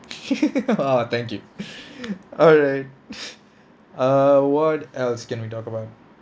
!aww! thank you alright err what else can we talk about